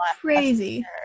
Crazy